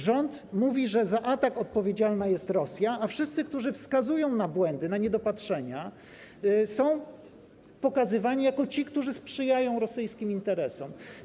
Rząd mówi, że za atak odpowiedzialna jest Rosja, a wszyscy, którzy wskazują na błędy, na niedopatrzenia, są pokazywani jako ci, którzy sprzyjają rosyjskim interesom.